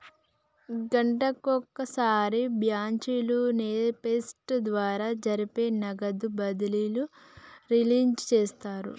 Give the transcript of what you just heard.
గంటకొక సారి బ్యాచ్ లుగా నెఫ్ట్ ద్వారా జరిపే నగదు బదిలీలు రిలీజ్ చేస్తారు